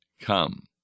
come